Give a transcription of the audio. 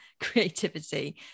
creativity